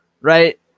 right